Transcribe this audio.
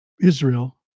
Israel